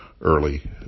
early